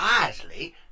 wisely